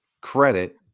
credit